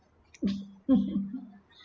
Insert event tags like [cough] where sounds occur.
[laughs]